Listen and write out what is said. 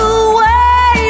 away